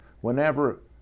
Whenever